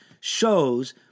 shows